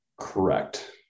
Correct